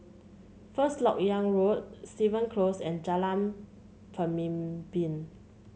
First LoK Yang Road Stevens Close and Jalan Pemimpin